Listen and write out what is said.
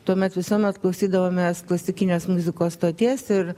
tuomet visuomet klausydavomės klasikinės muzikos stoties ir